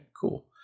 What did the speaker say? cool